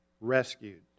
rescued